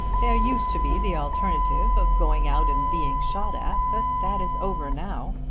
there used to be the alternative of going out and being shot at but that is over now.